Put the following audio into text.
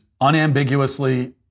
unambiguously